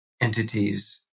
entities